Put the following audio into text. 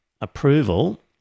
approval